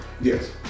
Yes